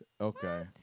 Okay